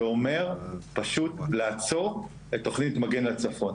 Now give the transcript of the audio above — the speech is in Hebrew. זה אומר פשוט לעצור את תוכנית מגן הצפון.